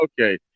okay